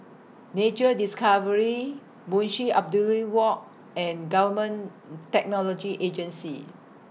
Nature Discovery Munshi Abdullah Walk and Government Technology Agency